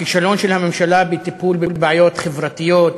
הכישלון של הממשלה בטיפול בבעיות חברתיות,